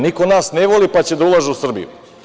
Niko od nas ne voli, pa će da ulaže u Srbiju.